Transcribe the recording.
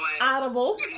Audible